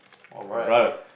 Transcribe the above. alright eh